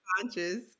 conscious